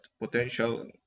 potential